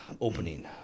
opening